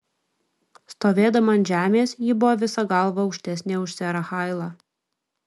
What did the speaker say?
stovėdama ant žemės ji buvo visa galva aukštesnė už serą hailą